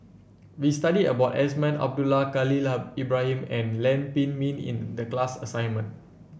we studied about Azman Abdullah Khalil Ibrahim and Lam Pin Min in the class assignment